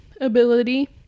ability